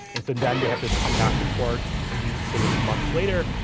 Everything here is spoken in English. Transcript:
and so then they have to come back to court ah weeks or even months later.